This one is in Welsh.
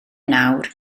nawr